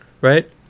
right